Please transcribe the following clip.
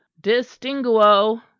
distinguo